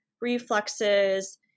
reflexes